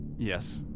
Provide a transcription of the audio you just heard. Yes